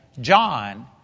John